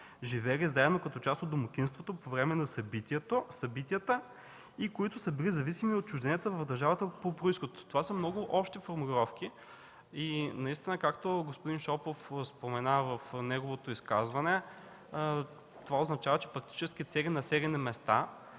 живели заедно като част от домакинството по време на събитията и които са били зависими от чужденеца в държавата по произход. Това са много общи формулировки и наистина, както господин Шопов спомена в неговото изказване, това означава, че практически цели населени места